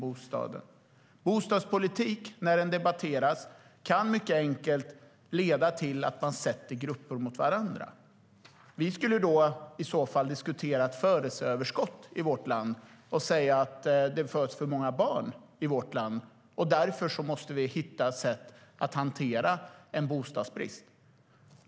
Bostadspolitik, när den debatteras, kan mycket enkelt leda till att man sätter grupper mot varandra. Vi skulle i så fall kunna diskutera ett födelseöverskott och säga att det föds för många barn i vårt land och att vi därför måste hitta ett sätt att hantera en bostadsbrist.